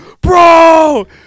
Bro